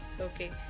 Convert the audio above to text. okay